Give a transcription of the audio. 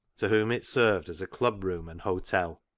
to whom it served as club-room and hotel.